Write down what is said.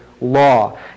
law